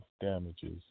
damages